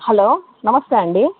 hello namaste అండి